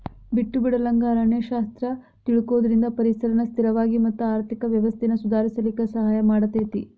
ಬಿಟ್ಟು ಬಿಡಲಂಗ ಅರಣ್ಯ ಶಾಸ್ತ್ರ ತಿಳಕೊಳುದ್ರಿಂದ ಪರಿಸರನ ಸ್ಥಿರವಾಗಿ ಮತ್ತ ಆರ್ಥಿಕ ವ್ಯವಸ್ಥೆನ ಸುಧಾರಿಸಲಿಕ ಸಹಾಯ ಮಾಡತೇತಿ